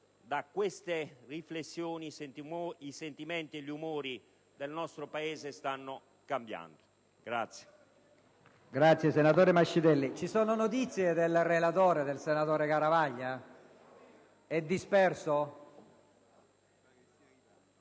in queste riflessioni, i sentimenti e gli umori del nostro Paese, stanno cambiando.